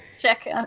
check